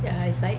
ya it's like